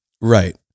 right